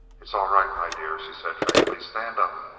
it's all right, my dear, she said faintly. stand up.